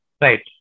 Right